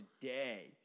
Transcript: today